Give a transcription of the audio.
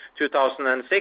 2006